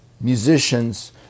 musicians